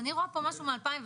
אני רואה פה משהו מ-2017,